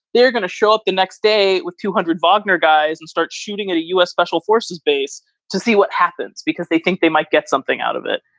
they're going to show up the next day with two hundred bogner guys and start shooting at a u s. special forces base to see what happens because they think they might get something out of it.